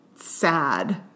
sad